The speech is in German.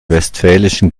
westfälischen